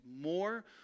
more